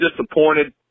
disappointed